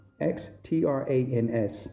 X-T-R-A-N-S